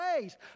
ways